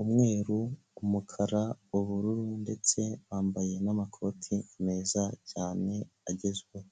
umweru, umukara, ubururu ndetse bambaye n'amakoti meza cyane agezweho.